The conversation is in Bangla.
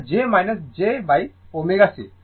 এটা j jω C